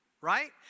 right